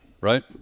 Right